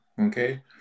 Okay